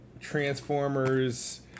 Transformers